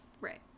Right